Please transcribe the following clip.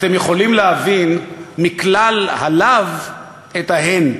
אתם יכולים להבין מכלל הלאו את ההן.